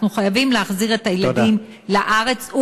אנחנו חייבים להחזיר את הילדים לארץ.